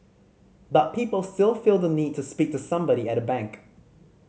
but people still feel the need to speak to somebody at a bank